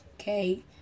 okay